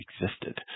existed